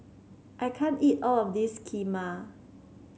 I can't eat all of this Kheema